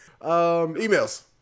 Emails